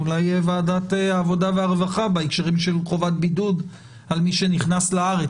אולי ועדת העבודה והרווחה בהקשרים של חובת הבידוד על מי שנכנס לארץ,